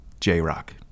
J-Rock